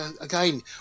again